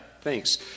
thanks